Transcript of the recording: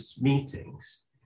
meetings